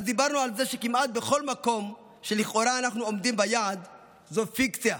אז דיברנו על זה שכמעט בכל מקום שלכאורה אנחנו עומדים ביעד זו פיקציה,